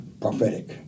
prophetic